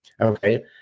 okay